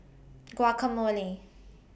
Guacamole